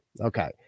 Okay